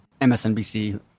MSNBC